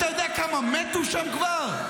אתה יודע כמה מתו שם כבר?